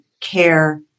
care